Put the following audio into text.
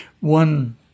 One